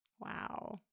Wow